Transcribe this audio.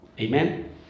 Amen